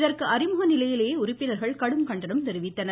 இதற்கு அறிமுக நிலையிலேயே உறுப்பினர்கள் கடும் கண்டனம் தெரிவித்தனர்